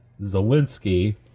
Zelensky